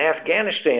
Afghanistan